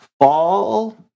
fall